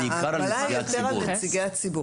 ההגבלה היא יותר על נציגי הציבור.